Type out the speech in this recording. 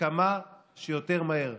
וכמה שיותר מהר.